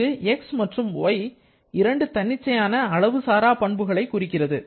இங்கு x மற்றும் y இரண்டு தன்னிச்சையான அளவு சாரா பண்புகளை குறிக்கிறது